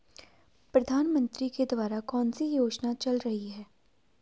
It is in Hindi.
प्रधानमंत्री के द्वारा कौनसी योजनाएँ चल रही हैं?